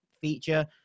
feature